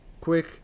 quick